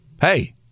hey